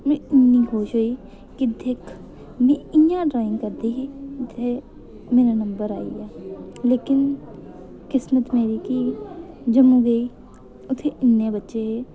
में इन्नी खुश होई कि दिक्ख इ'यां ड्राइंग करदे हे ते मेरा नम्बर आई गेआ लेकिन किस्मत मेरी कि जम्मू गेई उत्थै इन्ने बच्चे हे